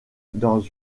dans